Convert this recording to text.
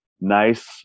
nice